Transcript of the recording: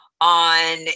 on